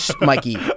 Mikey